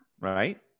right